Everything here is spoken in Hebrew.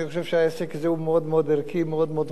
אני חושב שהעסק הזה הוא מאוד מאוד ערכי ומוסרי.